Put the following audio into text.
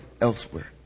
elsewhere